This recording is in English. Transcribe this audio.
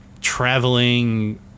traveling